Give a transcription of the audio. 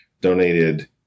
donated